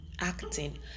acting